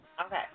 Okay